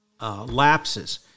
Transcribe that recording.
lapses